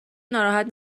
ناراحت